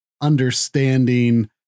understanding